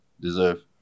deserve